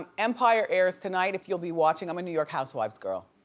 um empire airs tonight if you'll be watching. i'm a new york housewives girl,